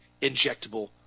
injectable